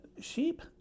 Sheep